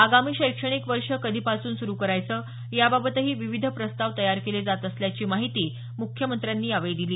आगामी शैक्षणिक वर्ष कधीपासून सुरु करायचं याबाबतही विविध प्रस्ताव तयार केले जात असल्याची माहिती मुख्यमंत्र्यांनी दिली